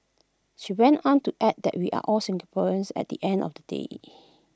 she went on to add that we are all Singaporeans at the end of the day